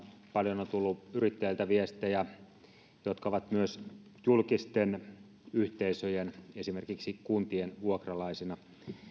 paljon on tullut viestejä yrittäjiltä jotka ovat myös julkisten yhteisöjen esimerkiksi kuntien vuokralaisena